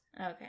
okay